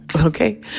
okay